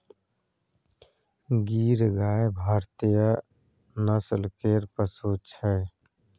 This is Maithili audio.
गीर गाय भारतीय नस्ल केर पशु छै